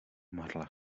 marla